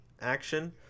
action